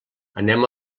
anem